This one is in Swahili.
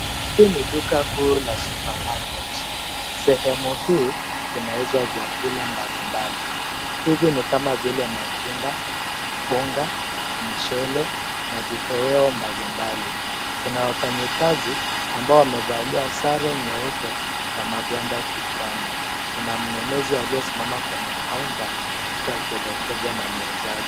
Hii ni duka kuu la supermarket . Sehemu hii kunauzwa vyakula mbalimbali hivi ni kama vile matunda, unga , mchele na vitoweo mbalimbali. Kuna wafanyikazi ambao wamevalia sare nyeupe na magwanda kichwani. Kuna mnunuzi aliyesimama kwenye kaunta huku akielekezwa na muuzaji.